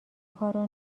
کارو